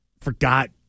Forgot